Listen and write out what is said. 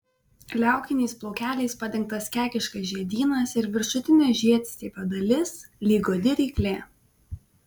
liaukiniais plaukeliais padengtas kekiškas žiedynas ir viršutinė žiedstiebio dalis lyg godi ryklė